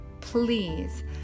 please